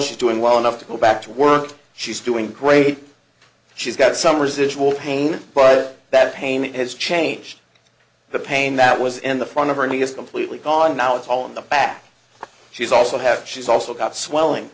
she's doing well enough to go back to work she's doing great she's got some residual pain but that payment has changed the pain that was in the front of her knee is completely gone now it's all in the back she's also have she's also got swelling